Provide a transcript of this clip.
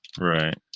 Right